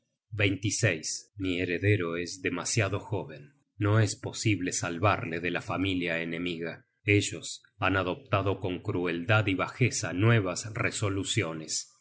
vivos mi heredero es demasiado joven no es posible salvarle de la familia enemiga ellos han adoptado con crueldad y bajeza nuevas resoluciones